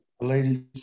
Ladies